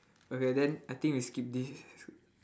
okay then I think we skip this